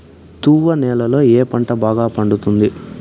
తువ్వ నేలలో ఏ పంట బాగా పండుతుంది?